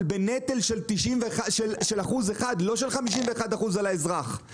אבל בנטל של 1% ולא של 51% על האזרח.